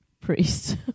priest